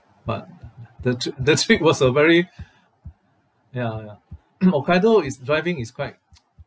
but the tri~ the trip was a very ya ya hokkaido is driving is quite